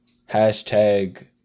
hashtag